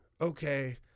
okay